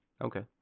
Okay